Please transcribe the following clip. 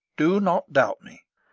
do not doubt me.